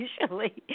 usually